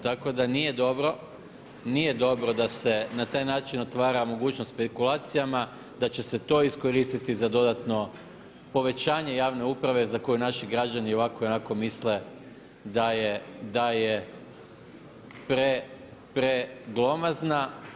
Tako da nije dobro, nije dobro da se na taj način otvara mogućnost špekulacijama, da će se to iskoristiti za dodatno povećanje javne uprave za koju naši građani i ovako i onako misle da je preglomazna.